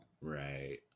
Right